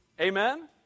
Amen